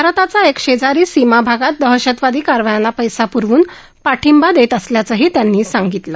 भारताचा एक शेजारी सीमा भागात दहशतवादी कारवायांना पैसा पुरवून पाठिंबा देत असल्याचं त्यांनी सांगितलं